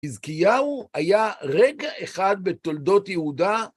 חזקיהו היה רגע אחד בתולדות יהודה